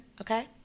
Okay